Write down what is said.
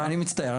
אני מצטער,